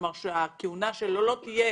כלומר, הכהונה שלו לא תהיה